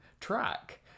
track